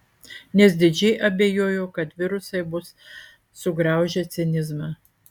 nes didžiai abejoju kad virusai bus sugraužę cinizmą